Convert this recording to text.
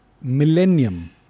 millennium